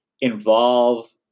involve